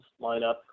lineup